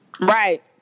Right